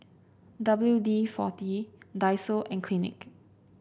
W D forty Daiso and Clinique